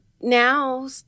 now